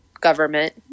government